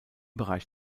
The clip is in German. bereich